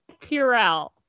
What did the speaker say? Purell